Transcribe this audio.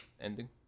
ending